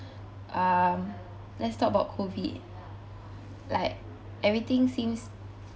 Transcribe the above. um let's talk about COVID like everything seems